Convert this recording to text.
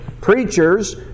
Preachers